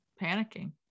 panicking